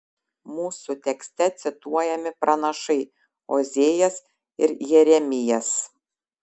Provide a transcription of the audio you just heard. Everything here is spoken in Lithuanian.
mūsų tekste cituojami pranašai ozėjas ir jeremijas